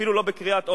אפילו לא בקריאת עומק,